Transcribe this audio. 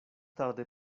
tarde